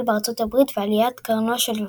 בארצות הברית ועליית קרנו של הפוטבול.